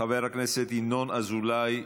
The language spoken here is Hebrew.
חבר הכנסת ינון אזולאי,